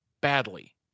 badly